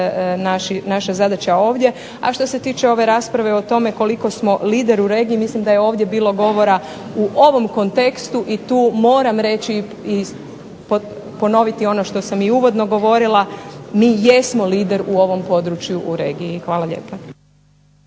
naša zadaća ovdje. A što se tiče ove rasprave o tome koliko smo lider u regiji, mislim da je ovdje bilo govora u ovom kontekstu i tu moram reći i ponoviti što sam i uvodno govorila, mi jesmo lider u ovom području u regiji. Hvala lijepa.